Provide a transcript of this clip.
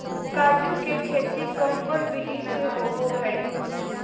काजू के खेती कौन कौन विधि से होबो हय?